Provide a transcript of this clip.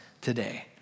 today